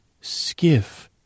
skiff